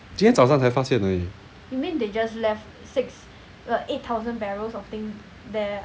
今天早上才发现而已